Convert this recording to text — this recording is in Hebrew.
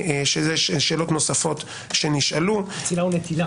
שאלות נוספות שנשאלו אצילה ונטילה